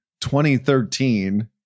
2013